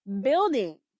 building